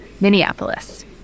Minneapolis